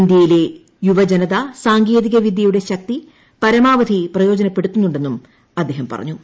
ഇന്ത്യയിലെ യുവജനത സാങ്കേതികവിദ്യയുടെ ശക്തി പരമാവധി പ്രയോജനപ്പെടുത്തുന്നുണ്ടെന്നും അദ്ദേഹം പറഞ്ഞു